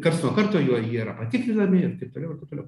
karts nuo karto juo jie yra patikrinami ir taip toliau ir taip toliau